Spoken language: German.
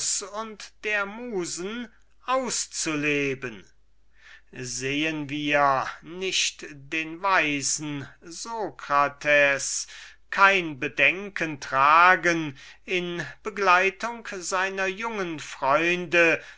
und der musen auszuleben der einzigen quellen der freuden der sterblichen sehen wir nicht den weisen socrates kein bedenken tragen in gesellschaft seiner jungen freunde